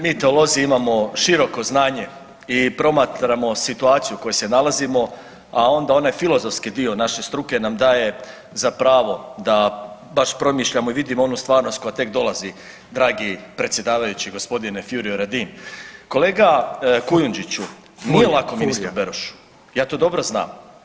Mi teolozi imamo široko znanje i promatramo situaciju u kojoj se nalazimo, a onda onaj filozofski dio naše struke nam daje za pravo da baš promišljamo i vidimo onu stvarnost koja tek dolazi dragi predsjedavajući gospodine Fjurio Radin [[Upadica: Furio, Furio.]] Kolega Kujundžiću nije lako ministru Berošu, ja to dobro znam.